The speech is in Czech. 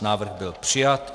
Návrh byl přijat.